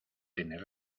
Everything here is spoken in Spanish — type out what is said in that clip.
tener